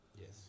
Yes